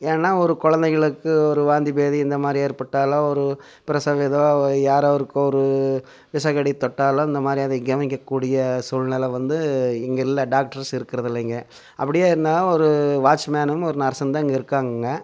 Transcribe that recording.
ஏன்னா ஒரு குழந்தைங்களுக்கு ஒரு வாந்தி பேதி இந்த மாதிரி ஏற்பட்டாலோ ஒரு பிரசவ ஏதோ யாரோ ஒருக்கு ஒரு விசக்கடித் தொட்டாலோ இந்த மாதிரி அதை கவனிக்கக் கூடிய சூழ்நில வந்து இங்கே இல்லை டாக்டர்ஸ் இருக்கிறதில்லைங்க அப்படியே இருந்தாலும் ஒரு வாட்ச் மேனும் ஒரு நர்ஸும் தான் இங்கே இருக்காங்கங்க